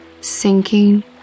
sinking